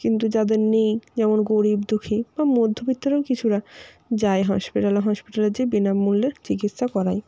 কিন্তু যাদের নেই যেমন গরিব দুঃখী বা মধ্যবিত্তরাও কিছুটা যায় হসপিটালে হসপিটালে যেয়ে বিনামূল্যে চিকিৎসা করায়